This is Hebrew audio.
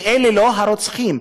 שאלה לא הרוצחים.